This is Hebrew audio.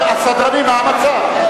הסדרנים, מה המצב?